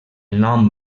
nom